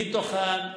מתוכן,